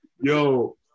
Yo